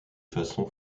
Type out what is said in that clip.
façon